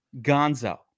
Gonzo